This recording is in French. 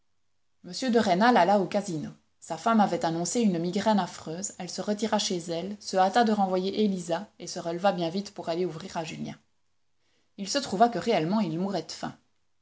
m de rênal alla au casino sa femme avait annoncé une migraine affreuse elle se retira chez elle se hâta de renvoyer élisa et se releva bien vite pour aller ouvrir à julien il se trouva que réellement il mourait de faim